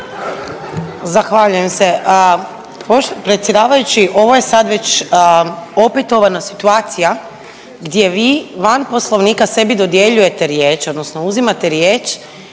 Zahvaljujem se. Predsjedavajući, ovo je sada već opetovana situacija gdje vi van Poslovnika sebi dodjeljujete riječ odnosno uzimate riječ